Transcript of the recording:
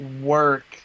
work